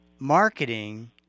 marketing